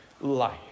life